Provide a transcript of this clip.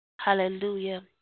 Hallelujah